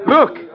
Look